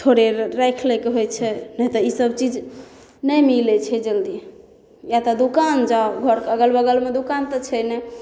थोड़े राखि लै के होइ छै नहि तऽ ईसब चीज नहि मिलै छै जल्दी या तऽ दूकान जाउ घरके अगल बगलमे दुकान तऽ छै नहि